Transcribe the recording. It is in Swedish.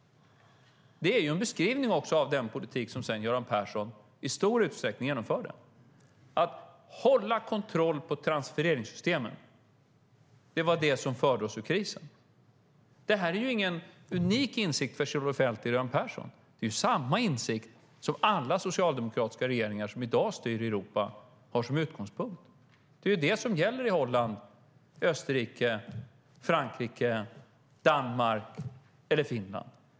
Det är också en beskrivning av den politik som Göran Persson sedan genomförde i stor utsträckning. Att hålla kontroll på transfereringssystemen var det som förde oss ur krisen. Det är ingen unik insikt för Kjell-Olof Feldt och Göran Persson. Det är samma insikt som alla socialdemokratiska regeringar som i dag styr i Europa har som utgångspunkt. Det är det som gäller i Holland, Österrike, Frankrike, Danmark och Finland.